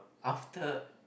after